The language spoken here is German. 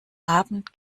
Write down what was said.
abend